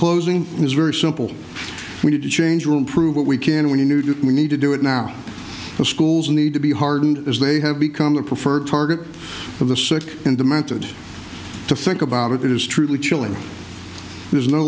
closing it is very simple we need to change will improve what we can when you knew we need to do it now the schools need to be hardened as they have become the preferred target of the sick and demented to think about it is truly chilling there is no